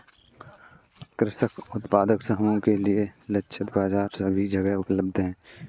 कृषक उत्पादक समूह के लिए लक्षित बाजार सभी जगह उपलब्ध है